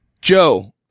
Joe